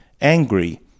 angry